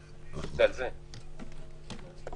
זה לא רלוונטי אמנם להכרזה.